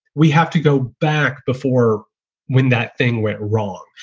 we have to go back before when that thing went wrong.